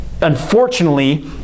unfortunately